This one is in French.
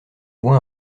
bois